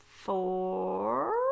four